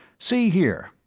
see here,